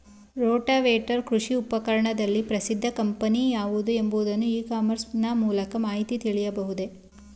Rotavator ಕೃಷಿ ಉಪಕರಣದಲ್ಲಿ ಪ್ರಸಿದ್ದ ಕಂಪನಿ ಯಾವುದು ಎಂಬುದನ್ನು ಇ ಕಾಮರ್ಸ್ ನ ಮೂಲಕ ಮಾಹಿತಿ ತಿಳಿಯಬಹುದೇ?